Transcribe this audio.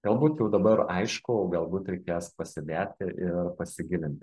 galbūt jau dabar aišku o galbūt reikės pasėdėti ir pasigilinti